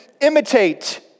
imitate